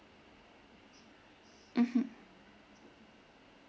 mmhmm